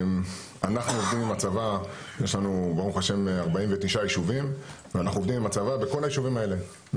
יש לנו ברוך השם 49 יישובים ואנחנו עובדים עם הצבא בכל היישובים האלה.